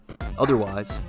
Otherwise